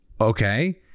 okay